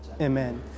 Amen